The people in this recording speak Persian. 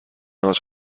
حاج